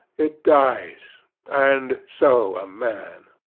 it dies and so a man.